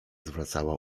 zwracała